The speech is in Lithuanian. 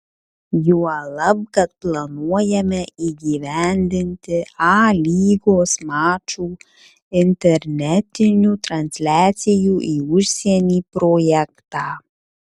juolab kad planuojame įgyvendinti a lygos mačų internetinių transliacijų į užsienį projektą